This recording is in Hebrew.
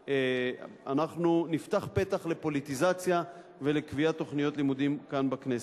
אנחנו נפתח פתח לפוליטיזציה ולקביעת תוכניות לימודים כאן בכנסת.